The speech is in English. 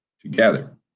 together